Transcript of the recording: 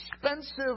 expensive